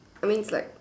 I mean it's like